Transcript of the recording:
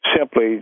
simply